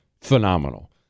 phenomenal